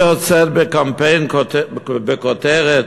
היא יוצאת בקמפיין בכותרת: